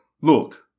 look